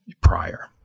prior